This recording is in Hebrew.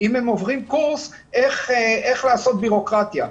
עוברים קורס איך לייצר ביורוקרטיה.